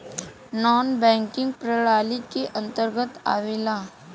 नानॅ banking प्रणाली के अंतर्गत आवेला